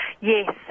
Yes